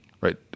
right